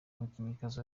umukinnyikazi